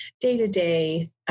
day-to-day